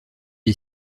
est